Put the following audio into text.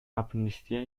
amnistía